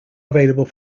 available